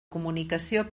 comunicació